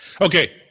okay